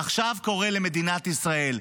עכשיו קורה למדינת ישראל.